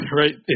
right